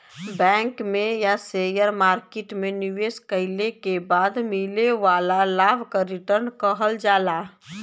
bank में या share market में निवेश कइले के बाद मिले वाला लाभ क रीटर्न कहल जाला